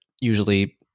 usually